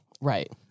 Right